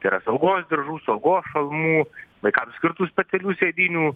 tai yra saugos diržų saugos šalmų vaikams skirtų specialių sėdynių